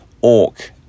Orc